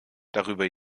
darüber